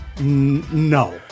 No